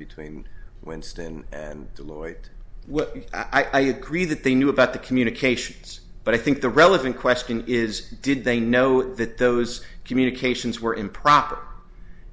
between winston and lloyd well i agree that they knew about the communications but i think the relevant question is did they know that those communications were improper